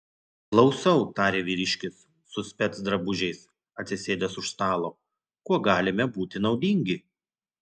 klausau tarė vyriškis su specdrabužiais atsisėdęs už stalo kuo galime būti naudingi